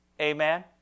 Amen